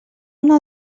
una